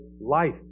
life